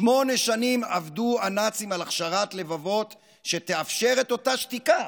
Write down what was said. שמונה שנים עבדו הנאצים על הכשרת לבבות שתאפשר את אותה שתיקה